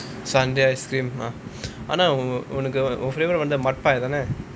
sundae ice cream ah ஆனா உனக்கு உன்:aanaa unaku un flavour வந்து:vanthu mudpie தான:thana